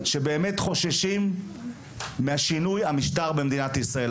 שבאמת חוששים משינוי המשטר במדינת ישראל,